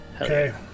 Okay